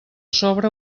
sobre